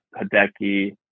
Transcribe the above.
Hideki